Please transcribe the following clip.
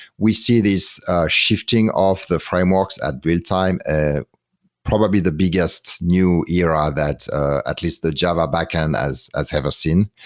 we see these shifting of the frameworks at real-time. ah probably the biggest new era that at least the java backend as as ever seen.